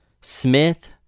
Smith